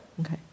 Okay